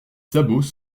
sabots